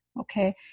Okay